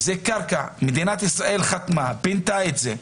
זאת קרקע, מדינת ישראל חתמה, פינתה את זה,